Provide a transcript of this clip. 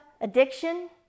addiction